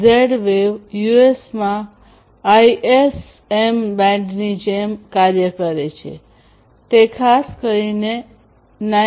Z wave યુએસમાં ISM બેન્ડની જેમ કાર્ય કરે છે તે ખાસ કરીને 908